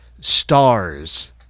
stars